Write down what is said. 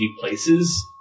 places